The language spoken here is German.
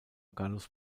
gallus